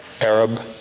Arab